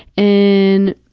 and